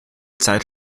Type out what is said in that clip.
zeit